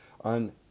on